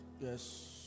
Yes